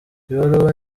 ibaruwa